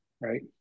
right